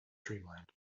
dreamland